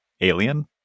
alien